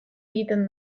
egiten